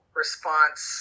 response